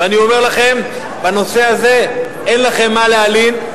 ואני אומר לכם, בנושא הזה אין לכם מה להלין.